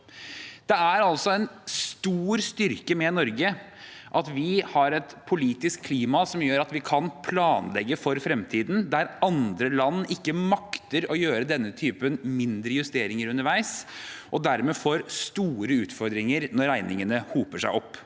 Det er en stor styrke med Norge at vi har et politisk klima som gjør at vi kan planlegge for fremtiden der andre land ikke makter å foreta denne typen mindre justeringer underveis, og dermed får store utfordringer når regningene hoper seg opp.